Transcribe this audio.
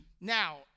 Now